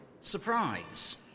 Surprise